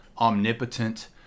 omnipotent